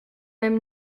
même